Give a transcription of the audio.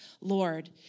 Lord